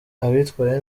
abitwaye